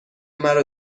مرا